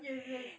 yes yes